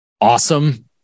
awesome